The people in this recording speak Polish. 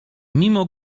mimo